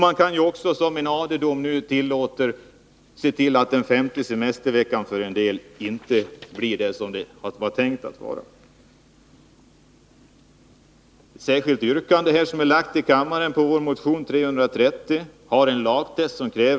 Man kan också enligt en AD-dom se till att den femte semesterveckan för en del inte blir vad den var avsedd att vara. Med anledning av vår motion 330 framställer jag ett särskilt yrkande, som har utdelats till kammarens ledamöter, med en lagtext som tillgodoser dessa krav.